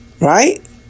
Right